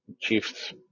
Chiefs